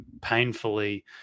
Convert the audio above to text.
painfully